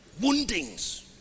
Woundings